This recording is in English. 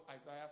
Isaiah